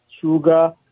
sugar